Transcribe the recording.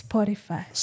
Spotify